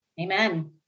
Amen